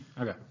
okay